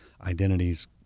Identities